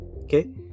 okay